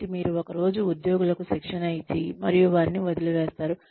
కాబట్టి మీరు ఒక రోజు ఉద్యోగులకు శిక్షణ ఇచ్చి మరియు వారిని వదిలివేస్తారు